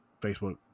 Facebook